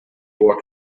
war